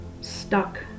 stuck